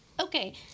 Okay